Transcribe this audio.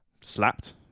Slapped